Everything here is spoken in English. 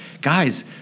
guys